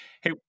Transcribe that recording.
Hey